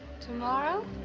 Tomorrow